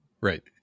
Right